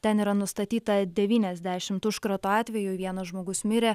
ten yra nustatyta devyniasdešimt užkrato atvejų vienas žmogus mirė